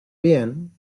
bien